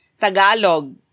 Tagalog